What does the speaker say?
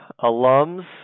alums